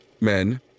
Men